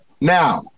Now